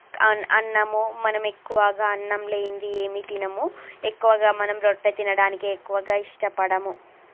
అ అన్నము మనము ఎక్కువగా అన్నం లేనిది ఏమి తినము ఎక్కువగా మనము రొట్టె తినడానికి ఎక్కువగా ఇష్టపడము